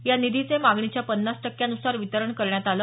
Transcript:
या निधीचे मागणीच्या पन्नास टक्क्यान्सार वितरण करण्यात आलं